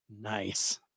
nice